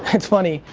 it's funny,